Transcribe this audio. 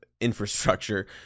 infrastructure